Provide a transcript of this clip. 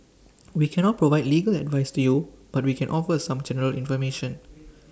we cannot provide legal advice to you but we can offer some general information